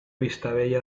vistabella